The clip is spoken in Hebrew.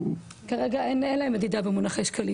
כרגע אין להם מדידה במונחי שקלים.